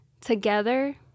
together